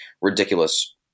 ridiculous